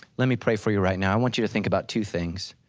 let me pray for you right now, i want you to think about two things.